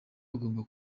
agomba